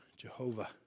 Jehovah